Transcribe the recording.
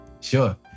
Sure